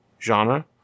genre